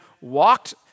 walked